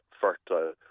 fertile